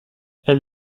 elle